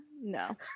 no